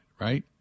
right